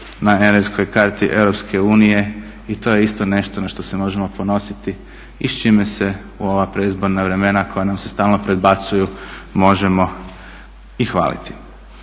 na energetskoj karti EU i to je isto nešto na što se možemo ponositi i s čime se u ova predizborna vremena koja nam se stalno predbacuju možemo i hvaliti.